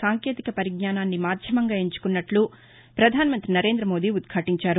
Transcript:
సాంకేతిక వరిజ్ఞానాన్ని మాధ్యమంగా ఎంచుకున్నట్లు వధానమంతి నరేందమోదీ ఉద్యాటించారు